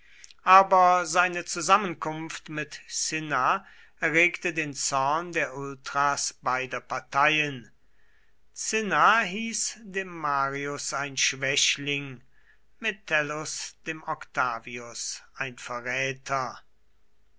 aber seine zusammenkunft mit cinna erregte den zorn der ultras beider parteien cinna hieß dem marius ein schwächling metellus dem octavius ein verräter